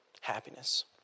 happiness